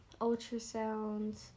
ultrasounds